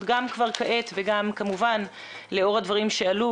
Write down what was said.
כבר עתה וגם כמובן לאור הדברים שאלו,